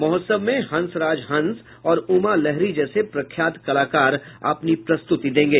महोत्सव में हंस राज हंस और उमा लहरी जैसे प्रख्यात कलाकार अपनी प्रस्तुति देंगे